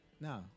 No